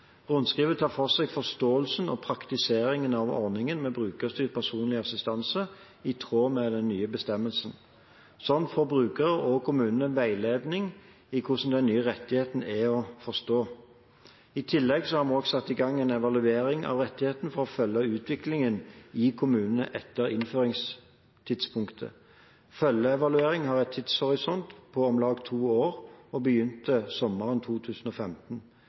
Rundskrivet tar for seg forståelsen og praktiseringen av ordningen med brukerstyrt personlig assistanse, i tråd med den nye bestemmelsen. Slik får brukerne og kommunene veiledning i hvordan den nye rettigheten er å forstå. I tillegg har vi satt i gang en evaluering av rettigheten for å følge utviklingen i kommunene etter innføringstidspunktet. Følgeevalueringen har en tidshorisont på om lag to år og begynte sommeren 2015.